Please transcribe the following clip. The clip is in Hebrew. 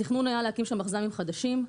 התכנון היה להקים שם מחז"מים חדשים.